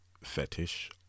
fetish